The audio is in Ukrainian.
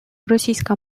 російська